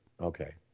Okay